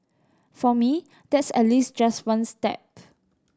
for me that's at least just one step